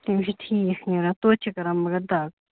تِم چھِ ٹھیٖک نیران تویتہِ چھِ کران مگر دَگ